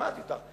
שמעתי אותך.